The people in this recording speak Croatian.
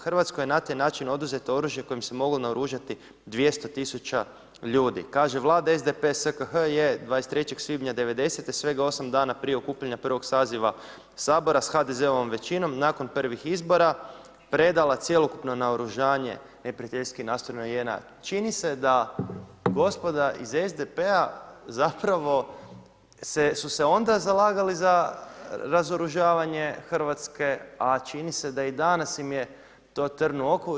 Hrvatskoj je na taj način oduzeto oružje kojim se moglo naoružati 200 tisuća ljudi.“ Kaže: „Vlada SDP-e SKH je 23. svibnja 90. svega 8 dana prije okupljanja 1. saziva Sabora sa HDZ-ovom većinom nakon prvih izbora predala cjelokupno naoružanje neprijateljski nastrojenoj JNA.“ Čini se da gospoda iz SDP-a zapravo su se onda zalagali za razoružavanje Hrvatske, a čini se da i danas im je to trn u oku.